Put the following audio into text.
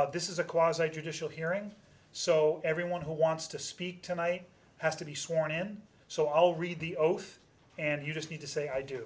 that this is a cause i judicial hearing so everyone who wants to speak tonight has to be sworn in so i will read the oath and you just need to say i do